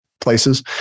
places